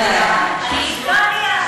אני אקבע מייד.